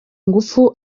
ngufu